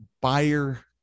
buyer